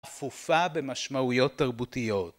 כפופה במשמעויות תרבותיות